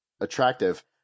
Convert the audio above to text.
attractive